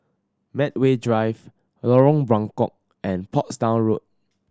Medway Drive Lorong Buangkok and Portsdown Road